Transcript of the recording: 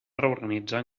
reorganitzar